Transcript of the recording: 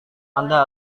anda